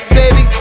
baby